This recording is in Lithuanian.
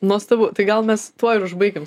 nuostabu tai gal mes tuo ir užbaikim